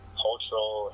cultural